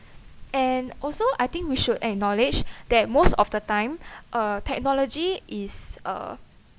and also I think we should acknowledge that most of the time uh technology is uh